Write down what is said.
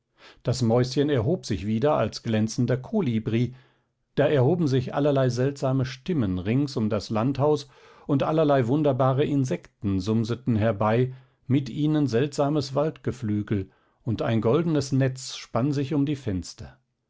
das mäuschen erhob sich wieder als glänzender kolibri da erhoben sich allerlei seltsame stimmen rings um das landhaus und allerlei wunderbare insekten sumseten herbei mit ihnen seltsames waldgeflügel und ein goldenes netz spann sich um die fenster